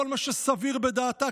כל מה שסביר בדעתה,